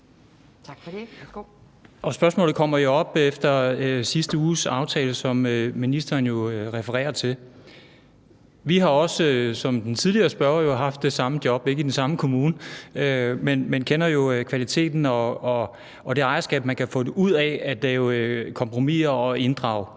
Spørgsmålet kommer efter sidste uges aftale, som ministeren jo refererer til. Jeg har haft det samme job som den tidligere spørger – ikke i den samme kommune – og kender jo kvaliteten og det ejerskab, man kan få ud af at lave kompromiser og inddrage.